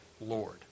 Lord